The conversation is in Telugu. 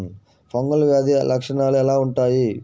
ఫంగల్ వ్యాధి లక్షనాలు ఎలా వుంటాయి?